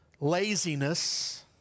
laziness